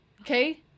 Okay